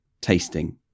tasting